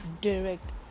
direct